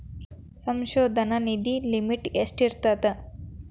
ಸಂಶೋಧನಾ ನಿಧಿ ಲಿಮಿಟ್ ಎಷ್ಟಿರ್ಥದ